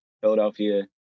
Philadelphia